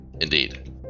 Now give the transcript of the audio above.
indeed